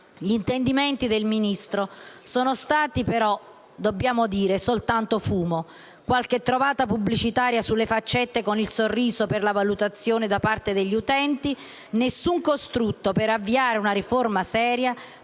Gli intendimenti del Ministro sono stati - dobbiamo dirlo - soltanto fumo: qualche trovata pubblicitaria come le "faccette con il sorriso" per introdurre la valutazione da parte degli utenti; nessun costrutto per avviare una riforma seria